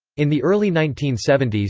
in the early nineteen seventy s,